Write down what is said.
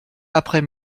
après